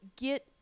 get